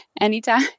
Anytime